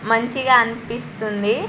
మంచిగా అనిపిస్తుంది